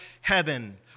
heaven